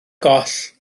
goll